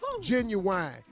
Genuine